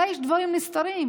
אולי יש דברים נסתרים?